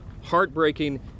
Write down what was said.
heartbreaking